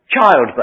Childbirth